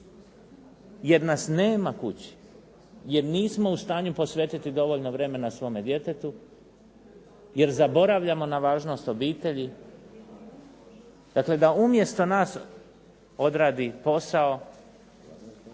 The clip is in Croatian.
jer nas nema kući, jer nismo u stanju posvetiti dovoljno vremena svome djetetu, jer zaboravljamo na važnost obitelji. Dakle, da umjesto nas odradi posao